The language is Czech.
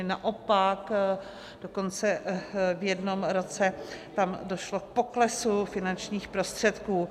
Naopak, dokonce v jednom roce tam došlo k poklesu finančních prostředků.